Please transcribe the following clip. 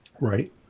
Right